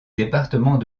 département